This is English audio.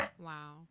Wow